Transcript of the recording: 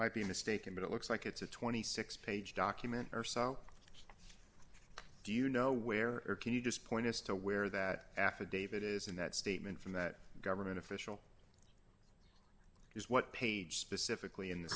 might be mistaken but it looks like it's a twenty six dollars page document or so do you know where or can you just point us to where that affidavit is in that statement from that government official is what page specifically in the